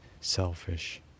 selfish